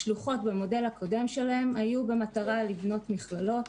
השלוחות במודל הקודם שלהם היו במטרה לבנות מכללות.